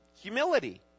humility